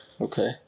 Okay